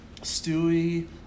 Stewie